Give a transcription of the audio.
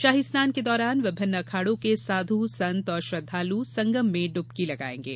शाही स्नान के दौरान विभिन्न अखाड़ों के साधु संत और श्रद्वालु संगम में पवित्र डुबकी लगाएंगे